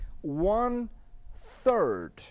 one-third